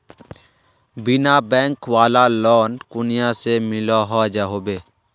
बिना बैंक वाला लोन कुनियाँ से मिलोहो होबे?